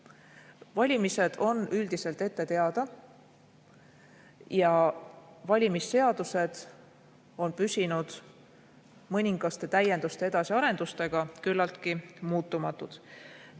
Valimised on üldiselt ette teada ning valimisseadused on püsinud mõningaste täienduste ja edasiarendustega küllaltki muutumatuna.